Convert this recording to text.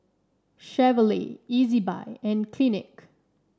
Chevrolet Ezbuy and Clinique